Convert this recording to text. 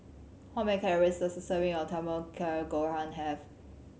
how many calories does a serving of Tamago Kake Gohan have